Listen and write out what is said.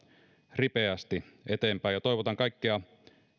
ripeästi eteenpäin ja toivotan kaikkea